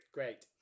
Great